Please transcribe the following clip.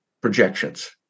projections